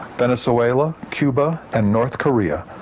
venezuela, cuba and north korea?